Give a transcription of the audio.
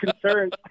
concerns